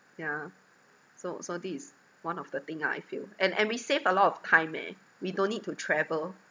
yeah so so this is one of the thing ah I feel and and we save a lot of time eh we don't need to travel